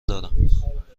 دارم